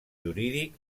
jurídic